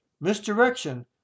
Misdirection